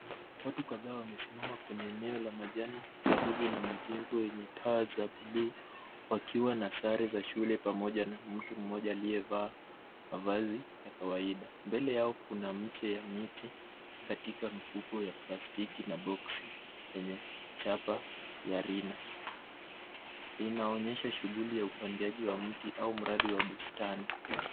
Watu kadhaa wamesimama kwenye eneo la majani karibu na majengo yenye paa za buluu wakiwa na sare za shule pamoja na mtu mmoja aliyevaa mavazi ya kawaida. Mbele yao kuna mche, mti katika mfuko wa plastiki na boksi, penye chapa ya rina. Inaonyesha shughuli ya upaliliaji wa mti au mradi wa bustani.